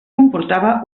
comportava